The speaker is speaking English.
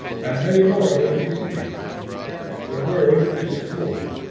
and many more than we see the world is full.